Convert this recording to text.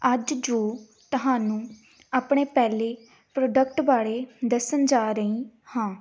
ਅੱਜ ਜੋ ਤੁਹਾਨੂੰ ਆਪਣੇ ਪਹਿਲੇ ਪ੍ਰੋਡਕਟ ਬਾਰੇ ਦੱਸਣ ਜਾ ਰਹੀ ਹਾਂ